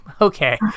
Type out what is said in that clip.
okay